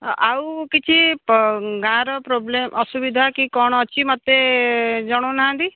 ଆଉ କିଛି ଗାଁର ପ୍ରୋବ୍ଲେମ୍ ଅସୁବିଧା କି କ'ଣ ଅଛି ମୋତେ ଜଣାଉନାହାନ୍ତି